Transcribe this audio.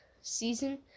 season